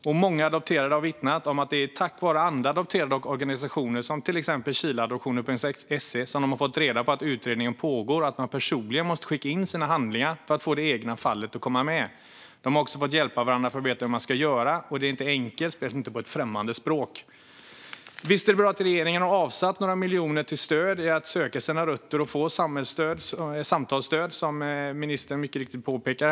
Många av de adopterade har vittnat om att det är tack vare andra adopterade och organisationer, till exempel Chileadoption.se, som de har fått reda på att utredningen pågår och att de personligen måste skicka in sina handlingar för att det egna fallet ska komma med. De har också fått hjälpa varandra för att ta reda på hur de ska göra. Det är inte enkelt, speciellt inte på ett främmande språk. Visst är det bra att regeringen har avsatt några miljoner till stöd för att människor ska kunna söka rötter och få samtalsstöd, vilket ministern också påpekar.